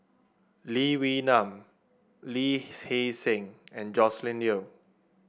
Lee Wee Nam Lee Hee Seng and Joscelin Yeo